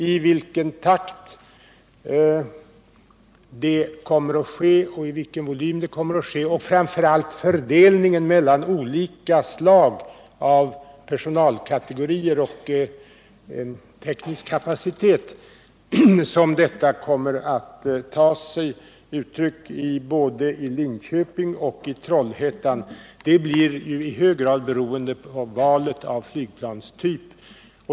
I vilken takt och med vilken volym det kommer att ske samt, framför allt, hur detta kommer att ta sig uttryck i fördelningen mellan olika slag av personalkategorier och teknisk kapacitet i Linköping och i Trollhättan blir i hög grad beroende av valet av flygplanstyp.